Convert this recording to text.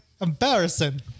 Embarrassing